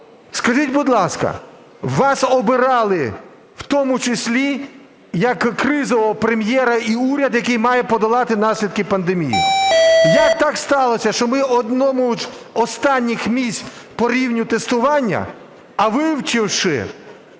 Скажіть, будь ласка, вас обирали в тому числі як кризового Прем'єра і уряд, який має подолати наслідки пандемії. Як так сталося, що ми на одному з останніх місць по рівню тестування? А вивчивши